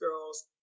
girls